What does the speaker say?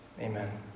Amen